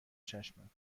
چشمم